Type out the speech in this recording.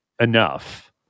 enough